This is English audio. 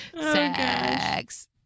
sex